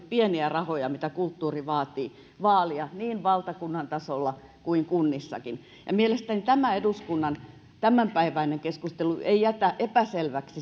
pieniä rahoja mitä kulttuuri vaatii niin valtakunnan tasolla kuin kunnissakin ja mielestäni tämä eduskunnan tämänpäiväinen keskustelu ei jätä epäselväksi